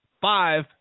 five